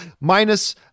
minus